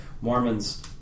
Mormons